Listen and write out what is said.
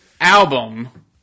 album